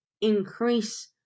increase